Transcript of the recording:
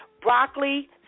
Broccoli